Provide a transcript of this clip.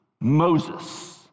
moses